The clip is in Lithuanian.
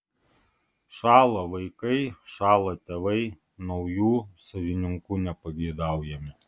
šąla vaikai šąla tėvai naujų savininkų nepageidaujami